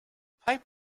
pipe